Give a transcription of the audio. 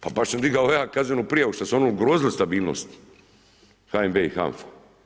Pa baš sam dignuo ja kaznenu prijavu što su oni ugrozili stabilnost, HNB i HANFA.